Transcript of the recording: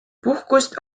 puhkust